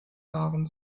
waren